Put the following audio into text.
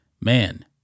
Man